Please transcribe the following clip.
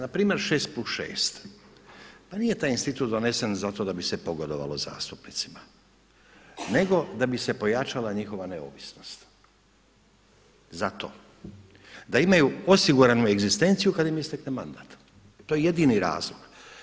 Npr. šest plus šest, pa nije taj institut donesen zato da bi se pogodovalo zastupnicima nego da bi se pojačala njihova neovisnost, zato, da imaju osiguranu egzistenciju kad im istekne mandata, to je jedini razlog.